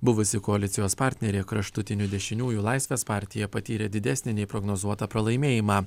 buvusi koalicijos partnerė kraštutinių dešiniųjų laisvės partija patyrė didesnį nei prognozuota pralaimėjimą